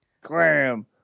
Clam